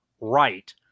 right